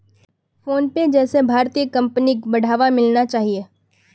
PhonePe जैसे भारतीय कंपनिक बढ़ावा मिलना चाहिए